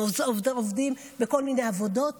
הם עובדים בכל מיני עבודות,